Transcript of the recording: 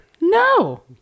No